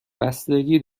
بستگی